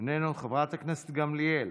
איננו, חברת הכנסת גמליאל,